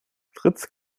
fritz